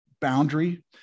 boundary